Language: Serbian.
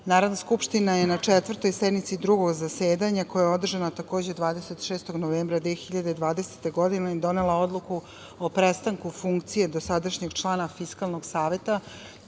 skupština je na 4. sednici Drugog zasedanja, koja je održana takođe 26. novembra 2020. godine i donela odluku o prestanku funkcije dosadašnjeg člana Fiskalnog saveta